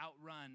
outrun